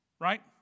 right